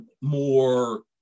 more